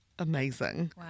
Amazing